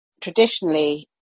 traditionally